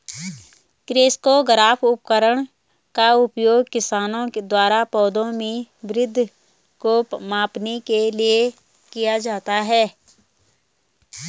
crescograph उपकरण का उपयोग किसानों द्वारा पौधों में वृद्धि को मापने के लिए किया जाता है